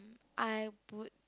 I would